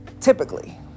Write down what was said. typically